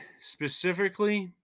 specifically